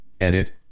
edit